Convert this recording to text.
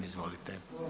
Izvolite.